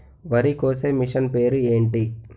వరి కోసే మిషన్ పేరు ఏంటి